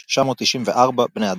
13,994 בני אדם.